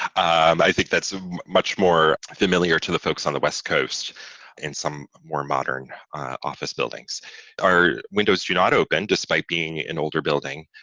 i think that's a much more familiar to the folks on the west coast and some more modern office buildings are windows do not open despite being an older building.